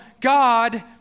God